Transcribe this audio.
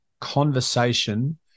conversation